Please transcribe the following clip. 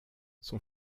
son